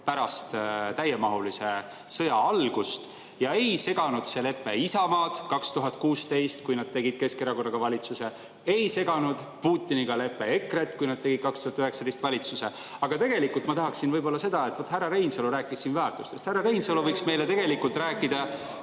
pärast täiemahulise sõja algust. Ei seganud see lepe Isamaad 2016, kui nad tegid Keskerakonnaga valitsuse, ei seganud Putiniga lepe EKRE-t, kui tegi 2019 valitsuse. Aga tegelikult ma tahaksin öelda seda. Härra Reinsalu rääkis siin väärtustest. Härra Reinsalu võiks meile tegelikult rääkida